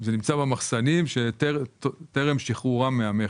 זה נמצא במחסנים טרם שחרורם מהמכס.